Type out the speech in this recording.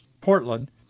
Portland